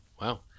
Wow